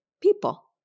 people